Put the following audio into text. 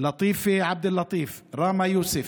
לטיפה עבד אל-לטיף, ראמי יוסף,